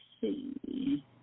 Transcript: see